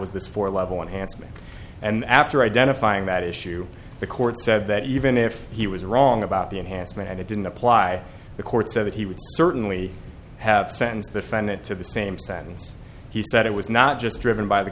was this four level unhandsome and after identifying that issue the court said that even if he was wrong about the enhancement and it didn't apply the court said that he would certainly have sent the senate to the same sentence he said it was not just driven by the